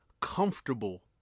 comfortable